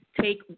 take